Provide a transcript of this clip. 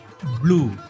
blue